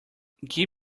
give